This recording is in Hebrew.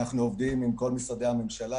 אנחנו עובדים עם כל משרדי הממשלה.